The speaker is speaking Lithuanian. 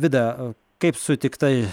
vida kaip sutikta